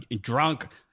drunk